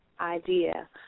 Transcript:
idea